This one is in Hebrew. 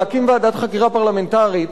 להקים ועדת חקירה פרלמנטרית,